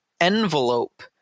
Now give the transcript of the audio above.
envelope